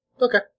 Okay